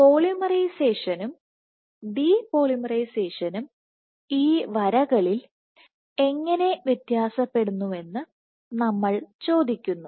പോളിമറൈസേഷനും ഡിപോളിമറൈസേഷനും ഈ വരകളിൽ എങ്ങനെ വ്യത്യാസപ്പെടുന്നുവെന്ന് നമ്മൾ ചോദിക്കുന്നു